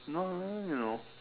no I don't know